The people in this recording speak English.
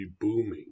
booming